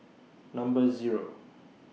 Number Zero